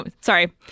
Sorry